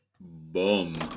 boom